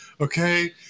okay